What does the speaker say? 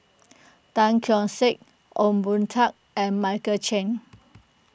Tan Keong Saik Ong Boon Tat and Michael Chiang